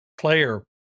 player